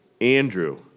Andrew